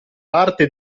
parte